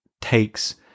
takes